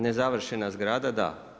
Nezavršena zgrada da.